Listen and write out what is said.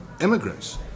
immigrants